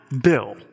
bill